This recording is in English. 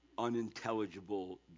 unintelligible